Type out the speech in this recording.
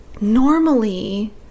normally